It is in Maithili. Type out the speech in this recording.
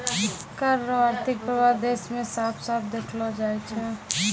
कर रो आर्थिक प्रभाब देस मे साफ साफ देखलो जाय छै